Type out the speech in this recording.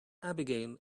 abigail